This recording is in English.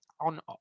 on